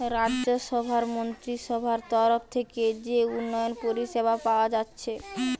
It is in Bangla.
রাজ্যসভার মন্ত্রীসভার তরফ থিকে যে উন্নয়ন পরিষেবা পায়া যাচ্ছে